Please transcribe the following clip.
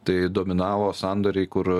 tai dominavo sandoriai kur